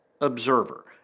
Observer